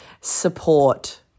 support